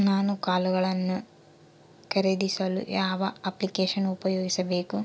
ನಾನು ಕಾಳುಗಳನ್ನು ಖರೇದಿಸಲು ಯಾವ ಅಪ್ಲಿಕೇಶನ್ ಉಪಯೋಗಿಸಬೇಕು?